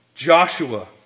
Joshua